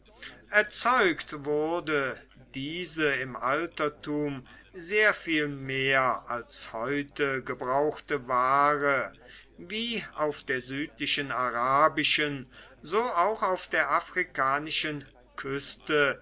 erzeugt wurde diese im altertum sehr viel mehr als heute gebrauchte ware wie auf der südlichen arabischen so auch auf der afrikanischen küste